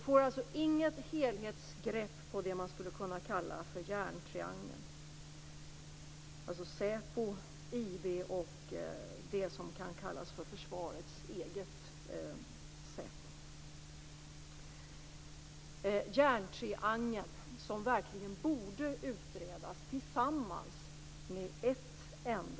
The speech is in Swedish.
Vi får alltså inget helhetsgrepp på det man skulle kunna kalla för järntriangeln, dvs. säpo, IB och det som kan kallas för försvarets eget säpo, som verkligen borde utredas med ett enda helhetsgrepp.